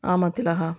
ஆமா திலகா